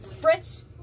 Fritz